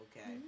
Okay